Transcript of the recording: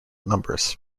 numbers